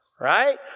right